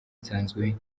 nsanzwe